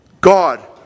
God